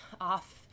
off